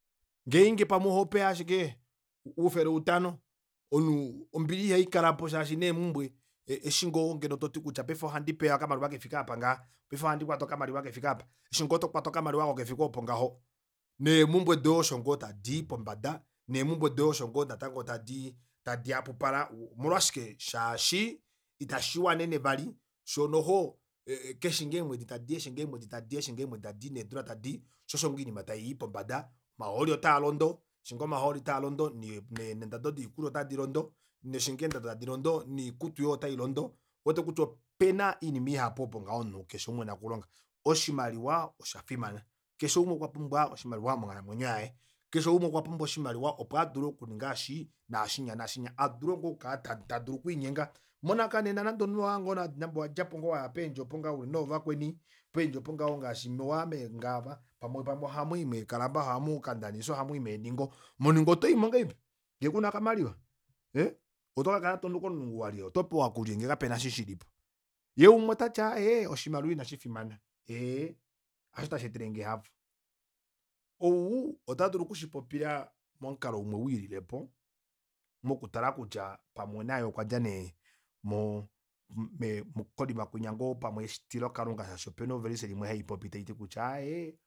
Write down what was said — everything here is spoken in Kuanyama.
Ngeenge pwamwe oho pay ashike oufele uli utano ombili ihaikalapo shaashi neembumbwe eshi ngoo ngeno toti kutya paife ohandipeya okamaliwa kefika aapa ngaha paife ohandikwata okamaliwa kefike aapa eshi ngoo tokwata okamaliwa kefike oopo ngaho neemumbwe doye osho ngoo tadii pombada nemumbwe doye natango osho ngoo tadi tadi hapupala omolwashike shaashi ita shiwanene vali shoo keshe ngoo eemwedi tadii eshingoo eemwedi tadii eshingoo eemwedi tadii nedula tadi shoo osho ngoo oinima tayii pombada omahooli otaalondo eshi ngoo omahooli taalondo neendado doikulya ota dilondo eshingoo eendado tadilondo noikutu yoye otailondo ouwete kutya opena oinima ihapu oyo ngaho omunhu keshe umwe ena okulonga oshimaliwa oshafimana keshe umwe okwapumbwa oshimaliwa monghalamwenyo yaye keshe umwe okwa pumbwa oshimaliwa opo adule okuninga eshi naashinya naashinya adule okukala ta- ta tadulu okwiinyenga monakanena nande omunhu nande owadjapo ngoo waya peendje opo ngaho uli noovakweni peendje opo ngho ngaashi mo owaya mee club pamwe ohamwii mee club ohamukandanisa oha muyi meeningo moningo otoyimo ngahelipi ngeekuna okamaliwa ee oto kakala tonu komulungu walye otopewa kulye ngee kapena eshi shilipo yee umwe otati aaye oshimaliwa ina shifimana ee hasho tasheetalenge ehafo ou ota dulu okushipopila momukalo umwe wililepo mokutala kutya pamwe naye okwadja nee moo konima kwinya ngoo pamwe etilokalunga shaashi opena o verse imwe hapopi taiti kutya aaye